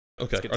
Okay